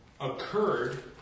occurred